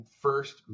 first